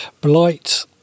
blight